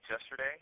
yesterday